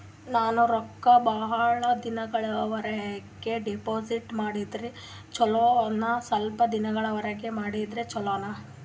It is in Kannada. ನಾನು ರೊಕ್ಕ ಬಹಳ ದಿನಗಳವರೆಗೆ ಡಿಪಾಜಿಟ್ ಮಾಡಿದ್ರ ಚೊಲೋನ ಸ್ವಲ್ಪ ದಿನಗಳವರೆಗೆ ಮಾಡಿದ್ರಾ ಚೊಲೋನ?